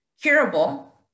curable